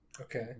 Okay